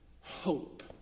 hope